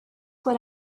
what